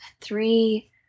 three